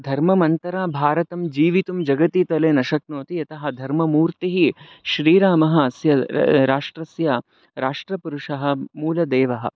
धर्ममन्तरं भारतं जीवितुं जगतितले न शक्नोति यतः धर्ममूर्तिः श्रीरामः अस्य राष्ट्रस्य राष्ट्रपुरुषः मूलदेवः